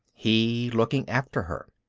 he looking after her.